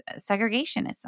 segregationism